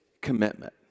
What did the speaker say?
commitment